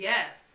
Yes